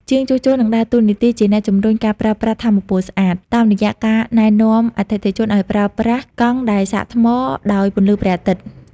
ជាងជួសជុលនឹងដើរតួនាទីជាអ្នកជំរុញការប្រើប្រាស់ថាមពលស្អាត តាមរយៈការណែនាំអតិថិជនឱ្យប្រើប្រាស់កង់ដែលសាកថ្មដោយពន្លឺព្រះអាទិត្យ។